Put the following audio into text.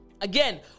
Again